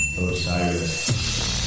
Osiris